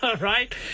Right